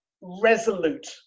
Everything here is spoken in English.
resolute